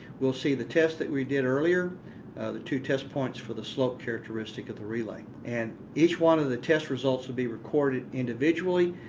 we'll see the test that we did earlier the two test points for the slope characteristic of the relay. and each one of the test results would be recorded individually.